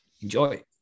Enjoy